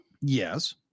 Yes